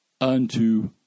unto